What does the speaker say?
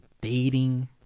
dating